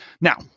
Now